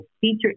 feature